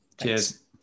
Cheers